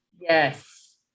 Yes